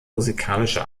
musikalische